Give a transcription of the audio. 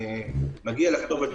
מגיע לכתובת,